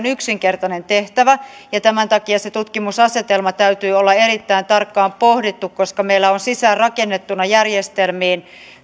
yksinkertainen tehtävä ja tämän takia sen tutkimusasetelman täytyy olla erittäin tarkkaan pohdittu koska meillä on sisäänrakennettuna järjestelmiin